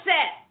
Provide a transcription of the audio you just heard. Set